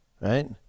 Right